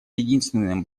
единственным